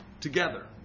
together